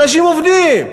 אנשים עובדים,